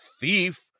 thief